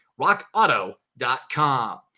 rockauto.com